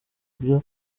ibyo